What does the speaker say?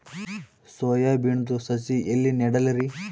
Soya ಬಿನದು ಸಸಿ ಎಲ್ಲಿ ನೆಡಲಿರಿ?